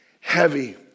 heavy